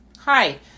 Hi